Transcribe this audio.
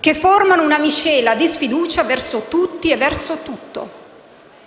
che formano una miscela di sfiducia verso tutti e verso tutto.